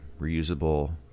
reusable